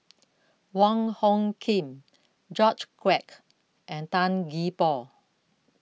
Wong Hung Khim George Quek and Tan Gee Paw